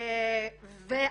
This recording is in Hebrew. ואלימות,